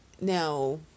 now